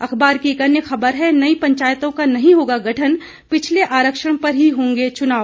अखबार की एक अन्य खबर है नई पंचायतों का नहीं होगा गठन पिछले आरक्षण पर ही होंगे चुनाव